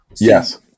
Yes